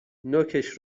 نوکش